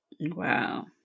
Wow